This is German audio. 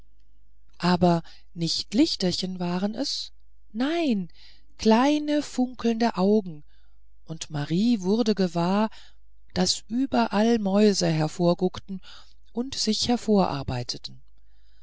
aber nicht lichterchen waren es nein kleine funkelnde augen und marie wurde gewahr daß überall mäuse hervorguckten und sich hervorarbeiteten